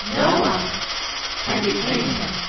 no one can shake and